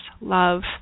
love